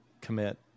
commit